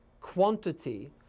quantity